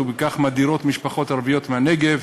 ובכך מודרות משפחות ערביות מהנגב.